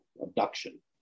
abduction